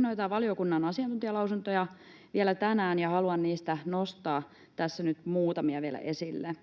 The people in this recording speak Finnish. noita valiokunnan asiantuntijalausuntoja vielä tänään, ja haluan nostaa niistä tässä nyt muutamia vielä esille.